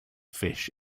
fish